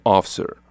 Officer